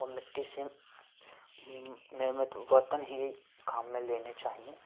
औ मिट्टी से निम निर्मित बर्तन ही काम में लेने चाहिए